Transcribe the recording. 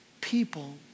people